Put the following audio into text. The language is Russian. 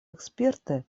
эксперты